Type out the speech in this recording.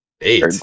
Eight